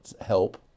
help